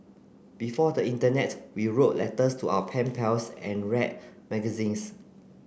before the internet we wrote letters to our pen pals and read magazines